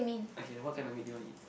okay what kind of meat do you want to eat